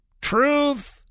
truth